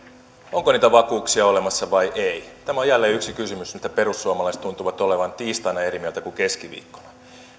onko niitä vakuuksia olemassa vai ei tämä on jälleen yksi kysymys mistä perussuomalaiset tuntuvat olevan tiistaina eri mieltä kuin keskiviikkona